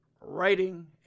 writing